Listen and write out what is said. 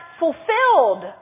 fulfilled